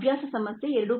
ಅಭ್ಯಾಸ ಸಮಸ್ಯೆ 2